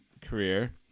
career